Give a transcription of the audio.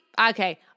Okay